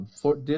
Fort